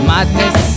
Madness